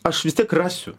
aš vis tiek rasiu